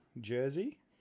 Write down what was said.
jersey